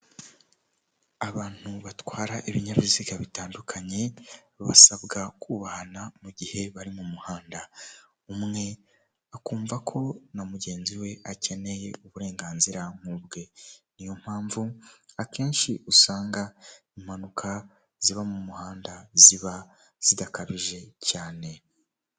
Abantu batwara ibinyabiziga bitandukanye basabwa kubahana mu gihe bari mu muhanda, umwe akumva ko na mugenzi we akeneye uburenganzira nk'ubwe, ni yo mpamvu akenshi usanga impanuka ziba mu muhanda ziba zidakabije cyane.